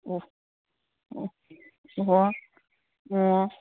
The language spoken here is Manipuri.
ꯑꯣ ꯑꯣ ꯑꯣ ꯑꯣ